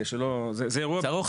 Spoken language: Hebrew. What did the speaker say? צריך